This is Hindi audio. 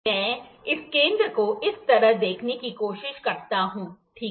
मैं इस केंद्र को इस तरह देखने की कोशिश करता हूं ठीक है